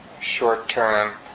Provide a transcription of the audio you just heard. short-term